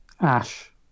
Ash